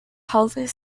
health